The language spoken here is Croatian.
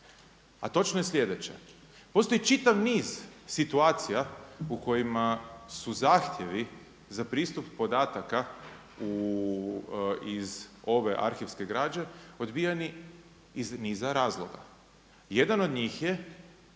A točno je slijedeće, postoji čitav niz situacija u kojima su zahtjevi za pristup podataka iz ove arhivske građe odbijani iz niza razloga, jadan od njih je